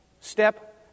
Step